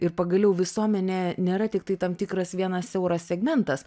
ir pagaliau visuomenė nėra tiktai tam tikras vienas siauras segmentas